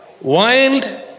Wild